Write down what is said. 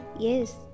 Yes